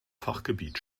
fachgebiet